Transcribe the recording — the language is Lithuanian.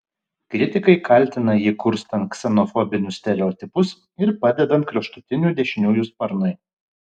kritikai kaltina jį kurstant ksenofobinius stereotipus ir padedant kraštutinių dešiniųjų sparnui